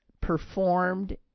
performed